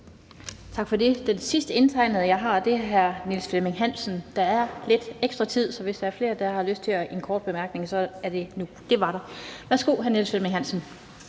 Tak for det. Den sidste, der er indtegnet for en kort bemærkning, er hr. Niels Flemming Hansen. Der er lidt ekstra tid, så hvis der er flere, der har lyst til en kort bemærkning, så er det nu. Det var der. Værsgo, hr. Niels Flemming Hansen.